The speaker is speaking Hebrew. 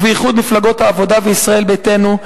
ובייחוד המפלגות העבודה וישראל ביתנו,